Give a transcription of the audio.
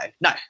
no